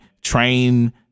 train